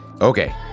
Okay